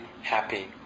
happy